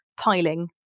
tiling